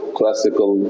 classical